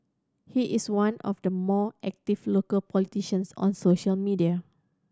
he is one of the more active local politicians on social media